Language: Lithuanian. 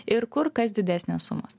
ir kur kas didesnės sumos